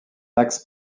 axe